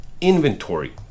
inventory